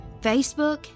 Facebook